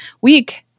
Week